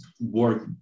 work